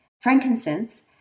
Frankincense